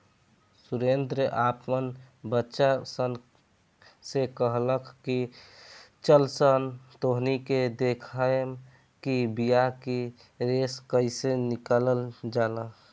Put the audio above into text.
सुरेंद्र आपन बच्चा सन से कहलख की चलऽसन तोहनी के देखाएम कि बिया से रेशा कइसे निकलाल जाला